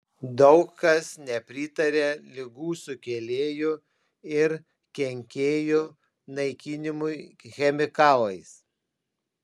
daug kas nepritaria ligų sukėlėjų ir kenkėjų naikinimui chemikalais